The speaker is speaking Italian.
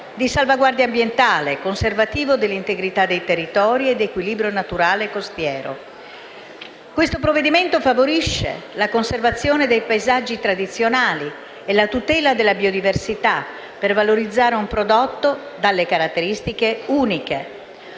di salvaguardia ambientale, conservativo dell'integrità dei territori ed equilibrio naturale costiero. Il provvedimento al nostro esame favorisce la conservazione dei paesaggi tradizionali e la tutela della biodiversità per valorizzare un prodotto dalle caratteristiche uniche.